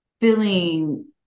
feeling